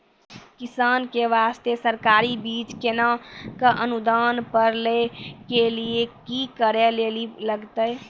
किसान के बास्ते सरकारी बीज केना कऽ अनुदान पर लै के लिए की करै लेली लागतै?